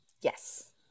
Yes